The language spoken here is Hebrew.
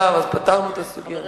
אז פתרנו את הסוגיה הזאת.